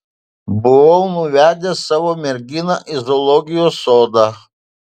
buvau nuvedęs savo merginą į zoologijos sodą